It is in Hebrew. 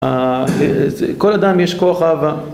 כל אדם יש כוח אהבה